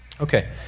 Okay